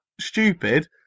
stupid